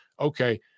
Okay